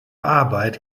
arbeit